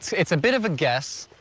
it's a bit of a guess.